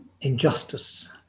injustice